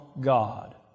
God